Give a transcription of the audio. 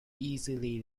easily